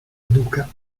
duca